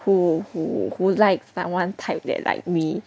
who who who likes someone type that like me